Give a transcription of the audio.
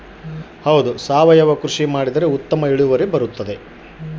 ಸಾವಯುವ ಕೃಷಿ ಮಾಡಿದರೆ ಉತ್ತಮ ಇಳುವರಿ ಬರುತ್ತದೆಯೇ?